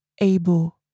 able